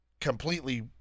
completely